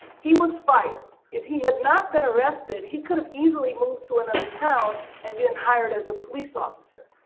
he was fired. if he had not been arrested, he could have easily moved to another town and been hired as a police officer.